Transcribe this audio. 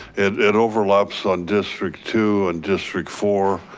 it it overlaps on district two and district four,